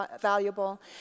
valuable